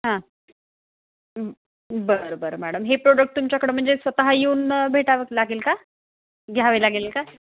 हां बरं बरं मॅडम हे प्रोडक्ट तुमच्याकडं म्हणजे स्वतः येऊन भेटावं लागेल का घ्यावे लागेल का